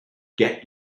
get